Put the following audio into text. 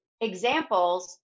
examples